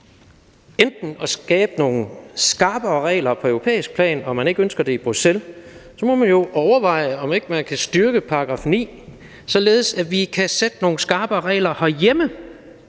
for at sætte nogle skarpere regler på europæisk plan og man ikke ønsker det i Bruxelles, må vi overveje, om vi ikke kan styrke § 9, således at vi kan sætte nogle skarpere regler herhjemme